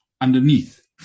underneath